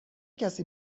کسی